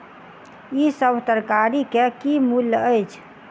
ई सभ तरकारी के की मूल्य अछि?